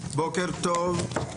בוקר טוב.